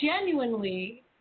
genuinely